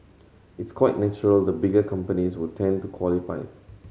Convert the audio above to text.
it's quite natural the bigger companies would tend to qualify